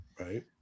Right